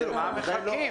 למה מחכים?